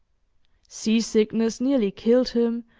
sea-sickness nearly killed him,